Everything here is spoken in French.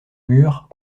murs